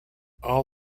all